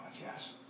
yes